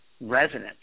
resonance